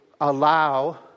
allow